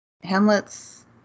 Hamlet's